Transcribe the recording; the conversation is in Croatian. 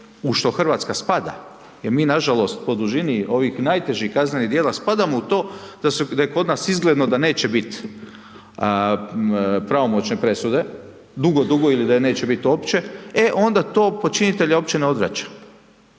u što Hrvatska spada, jer mi nažalost po dužini ovih najtežih kaznenih djela spadamo u to da je kod nas izgledno da neće biti pravomoćne presude dugo, dugo ili da je neće biti uopće, e onda to počinitelja uopće ne odvraća.